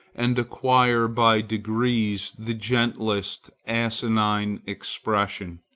and acquire by degrees the gentlest asinine expression.